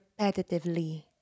repetitively